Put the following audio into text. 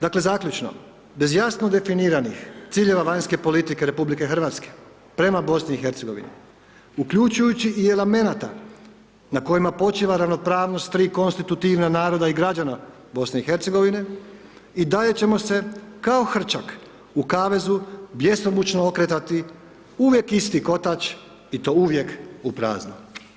Dakle zaključno, bez jasno definiranih ciljeva vanjske politike RH prema BiH-u, uključujući i elemenata na kojima počiva ravnopravnost konstitutivna naroda i građana BiH, i dalje ćemo se kao hrčak u kavezu bjesomučno okretati uvijek isto kotač i to uvijek u prazno.